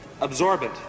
Absorbent